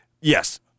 Yes